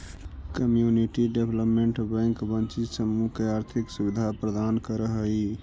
community development bank वंचित समूह के आर्थिक सुविधा प्रदान करऽ हइ